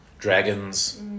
dragons